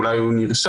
אולי הוא שם,